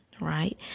right